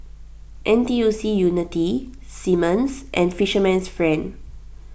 N T U C Unity Simmons and Fisherman's Friend